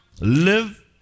live